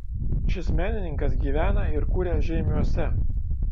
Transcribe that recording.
šis menininkas gyvena ir kuria žeimiuose